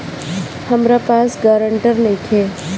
हमरा पास ग्रांटर नइखे?